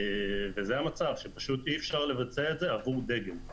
וזה המצב, שאי-אפשר לבצע את זה עבור דגם.